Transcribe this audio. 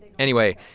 anyway,